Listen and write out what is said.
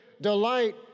delight